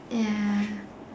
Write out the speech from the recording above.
ya